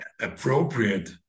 ...appropriate